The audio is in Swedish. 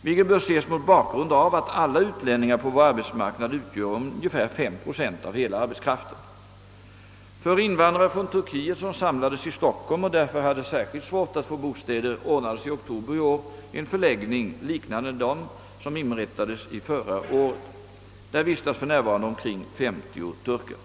vilket bör ses mot bakgrund av att alla utlänningar på vår arbetsmarknad utgör ungefär 5 procent av hela arbetskraften. För invandrare från Turkiet som samlades i Stockholm och därför hade särskilt svårt att få bostäder ordnades i oktober i år en förläggning liknande dem som upprättades förra året. Där vistas för närvarande omkring 50 turkar.